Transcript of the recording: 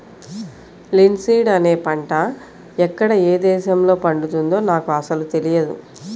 linseed అనే పంట ఎక్కడ ఏ దేశంలో పండుతుందో నాకు అసలు తెలియదు